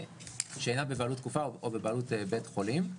שאינם בבעלות קופה או בבעלות בית חולים.